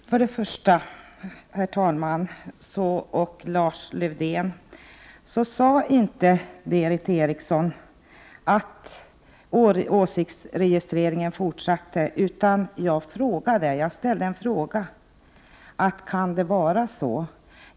Herr talman! Först och främst, Lars-Erik Lövdén, sade jag inte att åsiktsregistreringen fortsatte, utan jag ställde frågan: Kan det vara så?